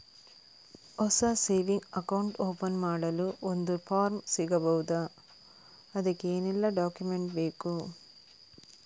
ಹೊಸ saving account open ಮಾಡಲು ಒಂದು ಫಾರ್ಮ್ ಸಿಗಬಹುದು? ಅದಕ್ಕೆ ಏನೆಲ್ಲಾ ಡಾಕ್ಯುಮೆಂಟ್ಸ್ ಬೇಕು?